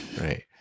Right